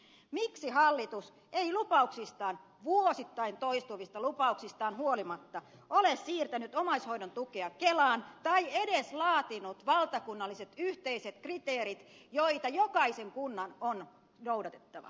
miksi hallitus ei lupauksistaan vuosittain toistuvista lupauksistaan huolimatta ole siirtänyt omaishoidon tukea kelaan tai edes laatinut valtakunnallisia yhteisiä kriteerejä joita jokaisen kunnan on noudatettava